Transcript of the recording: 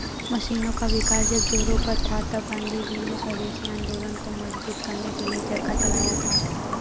मशीनों का विकास जब जोरों पर था तब गाँधीजी ने स्वदेशी आंदोलन को मजबूत करने के लिए चरखा चलाया था